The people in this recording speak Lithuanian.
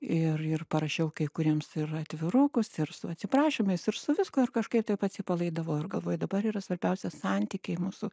ir ir parašiau kai kuriems ir atvirukus ir su atsiprašymais ir su viskuo ir kažkaip taip atsipalaidavau ir galvoju dabar yra svarbiausia santykiai mūsų